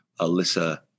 Alyssa